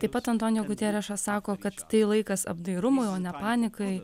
taip pat antonijo gutierešas sako kad tai laikas apdairumui o ne panikai